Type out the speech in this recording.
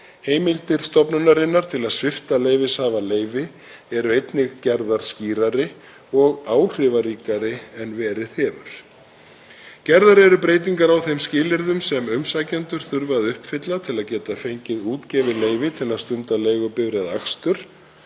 Heimildir stofnunarinnar til að svipta leyfishafa leyfi eru einnig gerðar skýrari og áhrifaríkari en verið hefur. Gerðar eru breytingar á þeim skilyrðum sem umsækjendur þurfa að uppfylla til að geta fengið útgefið leyfi til að stunda leigubifreiðaakstur,